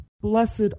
Blessed